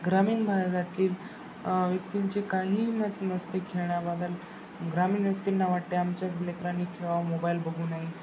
ग्रामीण भागातील व्यक्तींचे काहीही मत नसते खेळाबद्दल ग्रामीण व्यक्तींना वाटते आमच्या लेकरांनी खेळवं मोबाईल बघू नये